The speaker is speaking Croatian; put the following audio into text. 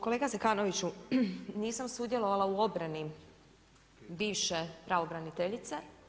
Kolega Zekanoviću, nisam sudjelovala u obrani bivše pravobraniteljice.